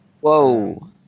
Whoa